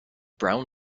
brown